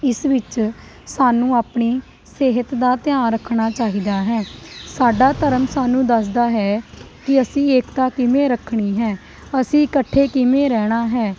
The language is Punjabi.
ਇਸ ਵਿੱਚ ਸਾਨੂੰ ਆਪਣੀ ਸਿਹਤ ਦਾ ਧਿਆਨ ਰੱਖਣਾ ਚਾਹੀਦਾ ਹੈ ਸਾਡਾ ਧਰਮ ਸਾਨੂੰ ਦੱਸਦਾ ਹੈ ਕਿ ਅਸੀਂ ਏਕਤਾ ਕਿਵੇਂ ਰੱਖਣੀ ਹੈ ਅਸੀਂ ਇਕੱਠੇ ਕਿਵੇਂ ਰਹਿਣਾ ਹੈ